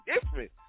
different